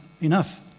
enough